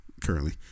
Currently